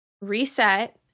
reset